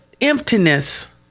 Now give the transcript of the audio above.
emptiness